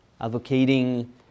advocating